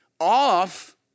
off